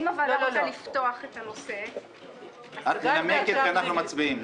אם הוועדה רוצה לפתוח את הנושא --- את מנמקת ואנחנו מצביעים,